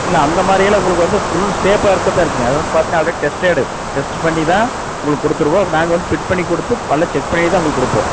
இல்லை அந்த மாரியெல்லாம் உங்களுக்கு வந்து ஃபுல் ஷேப்பாக இருக்க தான் இருக்கும்ங்க அது வந்து பார்த்தீங்ன்னா ஆல்ரெடி டெஸ்ட்டடு டெஸ்ட் பண்ணி தான் உங்களுக்கு கொடுத்துடுவோம் நாங்கள் வந்து பிட் பண்ணி கொடுத்து பல செக் பண்ணி தான் உங்களுக்கு கொடுப்போம்